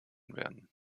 werden